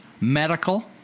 medical